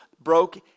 broke